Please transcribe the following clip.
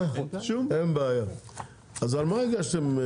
אז על מה הגשתם?